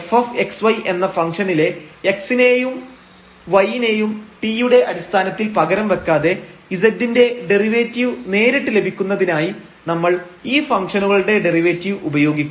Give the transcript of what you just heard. f xy എന്ന ഫംഗ്ഷനിലെ x നേയും y നേയും t യുടെ അടിസ്ഥാനത്തിൽ പകരം വെക്കാതെ z ൻറെ ഡെറിവേറ്റീവ് നേരിട്ട് ലഭിക്കുന്നതിനായി നമ്മൾ ഈ ഫംഗ്ഷനുകളുടെ ഡെറിവേറ്റീവ് ഉപയോഗിക്കും